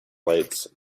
lights